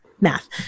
Math